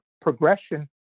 progression